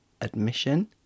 admission